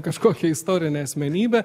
kažkokią istorinę asmenybę